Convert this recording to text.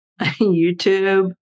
YouTube